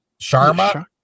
Sharma